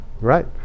right